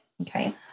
Okay